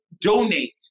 donate